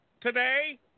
today